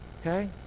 Okay